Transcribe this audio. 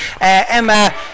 Emma